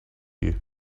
you